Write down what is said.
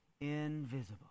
invisible